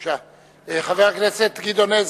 בבקשה, חבר הכנסת גדעון עזרא,